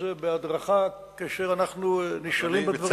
זה בהדרכה כאשר אנחנו נשאלים בדברים האלה.